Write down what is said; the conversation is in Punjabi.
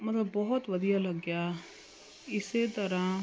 ਮਤਲਬ ਬਹੁਤ ਵਧੀਆ ਲੱਗਿਆ ਇਸ ਤਰ੍ਹਾਂ